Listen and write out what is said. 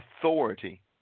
authority